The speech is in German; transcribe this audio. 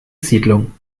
siedlung